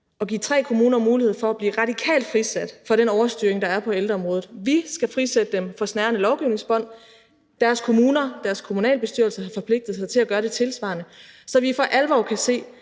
at give tre kommuner mulighed for at blive radikalt frisat fra den overstyring, der er på ældreområdet. Vi skal frisætte dem fra snærende lovgivningsbånd, og deres kommuner, deres kommunalbestyrelser, har forpligtet sig til at gøre det tilsvarende, så vi for alvor kan se,